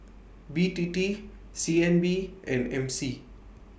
B T T C N B and M C